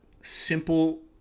simple